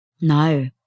No